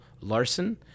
Larson